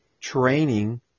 training